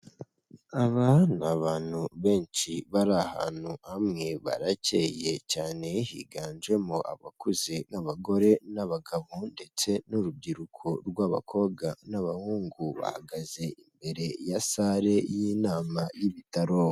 Aba ni abantu benshi bari ahantu hamwe, baracyeye cyane, higanjemo abakuze n'abagore n'abagabo, ndetse n'urubyiruko rw'abakobwa n'abahungu. Bahagaze imbere ya sare y'inama y'Ibitaro.